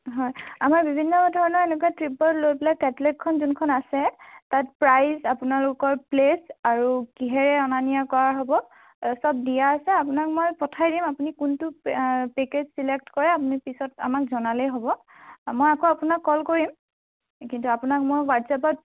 হয় আমাৰ বিভিন্ন ধৰণৰ এনেকুৱা ট্ৰিপক লৈ পেলাই কেটলগখন যিখন আছে তাত প্ৰাইচ আপোনালোকৰ প্লে'চ আৰু কিহেৰে অনা নিয়া কৰা হ'ব চব দিয়া আছে আপোনাক মই পঠাই দিম আপুনি কোনটো পেকেজ ছিলেক্ট কৰে আপুনি পিছত আমাক জনালেই হ'ব মই আকৌ আপোনাক কল কৰিম কিন্তু আপোনাক মই হোৱাটছএপত